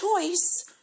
choice